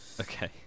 Okay